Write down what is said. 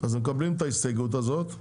אז מקבלים את ההסתייגות הזאת,